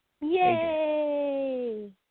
Yay